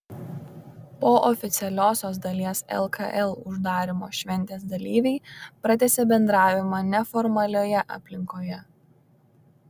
po oficialiosios dalies lkl uždarymo šventės dalyviai pratęsė bendravimą neformalioje aplinkoje